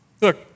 Look